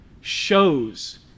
shows